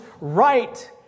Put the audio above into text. right